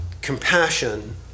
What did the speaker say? compassion